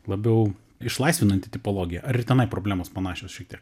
labiau išlaisvinanti tipologija ar ir tenai problemos panašios šiek tiek